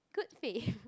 good save